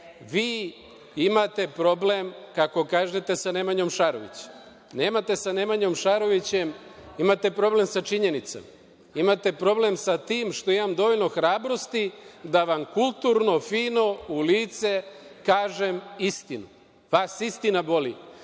Vi imate problem, kako kažete, sa Nemanjom Šarovićem. Nemate sa Nemanjom Šarovićem. Imate problem sa činjenicama. Imate problem sa tim što imam dovoljno hrabrosti da vam kulturno, fino u lice kažem istinu. Vas istina boli.